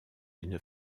une